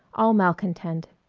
all malcontent.